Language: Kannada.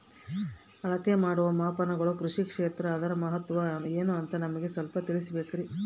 ಅಳತೆ ಮಾಡುವ ಮಾಪನಗಳು ಕೃಷಿ ಕ್ಷೇತ್ರ ಅದರ ಮಹತ್ವ ಏನು ಅಂತ ನಮಗೆ ಸ್ವಲ್ಪ ತಿಳಿಸಬೇಕ್ರಿ?